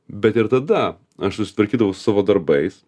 bet ir tada aš susitvarkydavau su savo darbais